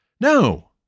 No